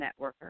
networker